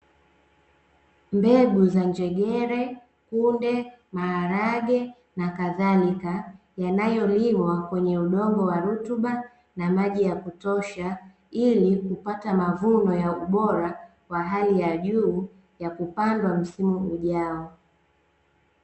Mbegu za: njegere, kunde, maharage na kadhalika; yanayolimwa kwenye udongo wa rutuba na maji ya kutosha, ili kupata mavuno ya ubora wa hali ya juu ya kupandwa msimu ujao.